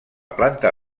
planta